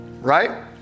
Right